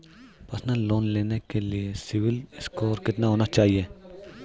Personal loan लेने के लिए सिबिल स्कोर कितना होना चाहिए?